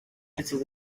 its